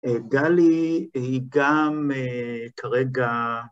‫גלי היא גם כרגע...